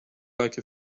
like